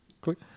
Click